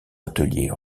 atelier